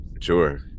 sure